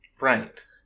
Right